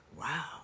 wow